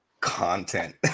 content